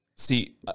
See